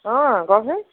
অ কওকচোন